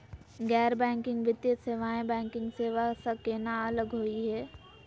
गैर बैंकिंग वित्तीय सेवाएं, बैंकिंग सेवा स केना अलग होई हे?